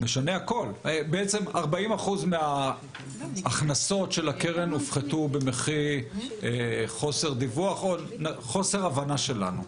בעצם 40% מההכנסות של הקרן הופחתו במחי חוסר דיווח או חוסר הבנה שלנו.